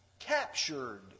captured